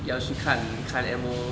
要去看看 M_O